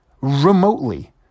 remotely